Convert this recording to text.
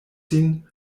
sin